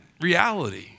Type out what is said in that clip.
reality